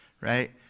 Right